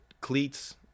cleats